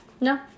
No